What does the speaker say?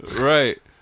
Right